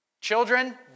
Children